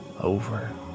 Over